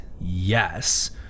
yes